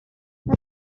herr